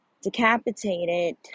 decapitated